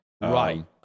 Right